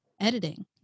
editing